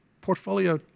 Portfolio